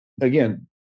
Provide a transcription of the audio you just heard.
Again